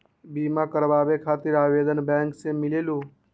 बिमा कराबे खातीर आवेदन बैंक से मिलेलु?